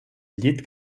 llet